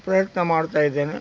ಪ್ರಯತ್ನ ಮಾಡ್ತಾಯಿದ್ದೇನೆ